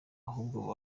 ahubwo